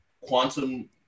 quantum